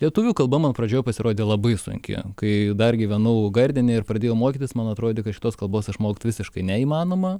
lietuvių kalba man pradžioje pasirodė labai sunki kai dar gyvenau gardine ir pradėjau mokytis man atrodė kad šitos kalbos išmokt visiškai neįmanoma